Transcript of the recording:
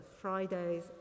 Fridays